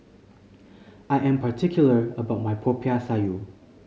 I am particular about my Popiah Sayur